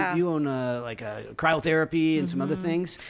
ah you own, like ah cryotherapy and some other things.